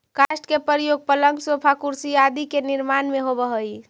काष्ठ के प्रयोग पलंग, सोफा, कुर्सी आदि के निर्माण में होवऽ हई